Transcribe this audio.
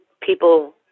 people